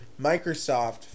microsoft